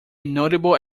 notable